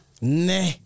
Nah